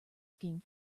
scheme